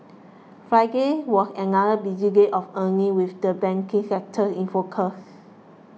Friday was another busy day of earnings with the banking sector in focus